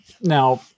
Now